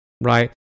right